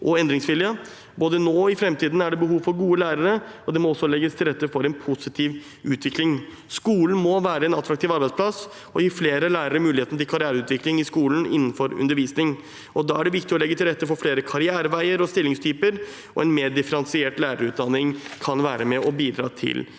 Både nå og i framtiden er det behov for gode lærere, og det må legges til rette for en positiv utvikling. Skolen må være en attraktiv arbeidsplass og gi flere lærere muligheten til karriereutvikling i skolen innenfor undervisning. Da er det viktig å legge til rette for flere karriereveier og stillingstyper, og en mer differensiert lærerutdanning kan være med på å bidra til